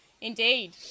Indeed